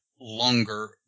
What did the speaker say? longer